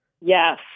Yes